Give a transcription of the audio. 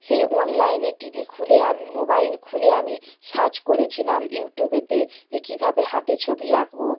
সেই অনলাইনে টিভি খুলে আমি মোবাইল খুলে আমি সার্চ করেছিলাম ইউটিউবেতে যে কীভাবে হাতে ছবি আঁকব